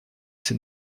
ses